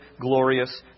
glorious